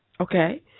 Okay